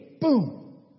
boom